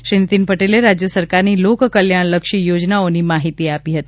શ્રી નીતીન પટેલે રાજય સરકારની લોક કલ્યાણ લક્ષી યોજનાઓની માહિતી આપી હતી